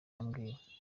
yambwiye